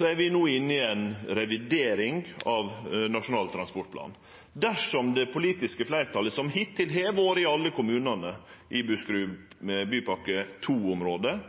er vi no inne i ei revidering av Nasjonal transportplan. Dersom det politiske fleirtalet – det som hittil har vore i alle kommunane i Buskerudbypakke 2-området –